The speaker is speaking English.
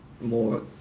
more